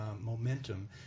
momentum